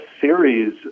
series